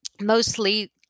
mostly